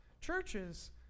Churches